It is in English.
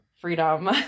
freedom